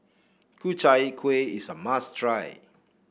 Ku Chai Kueh is a must try